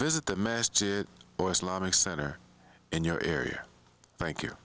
visit the master center in your area thank you